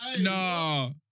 No